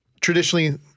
traditionally